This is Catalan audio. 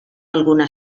alguna